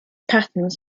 patterns